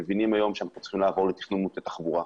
שצריך לעבור לתכנון מוטה תחבורה.